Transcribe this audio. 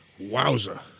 Wowza